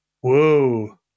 Whoa